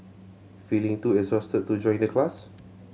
feeling too exhausted to join the class